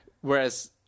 Whereas